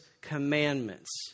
commandments